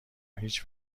هیچ